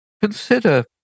consider